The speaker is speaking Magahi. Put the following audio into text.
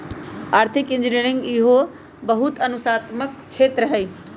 आर्थिक इंजीनियरिंग एहो बहु अनुशासनात्मक क्षेत्र हइ